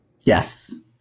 Yes